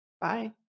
Bye